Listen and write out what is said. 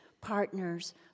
partners